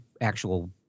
actual